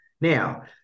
Now